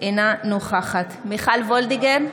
אינה נוכחת מיכל וולדיגר,